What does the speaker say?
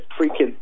freaking